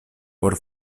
por